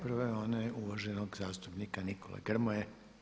Prva je ona uvaženog zastupnika Nikole Gromoje.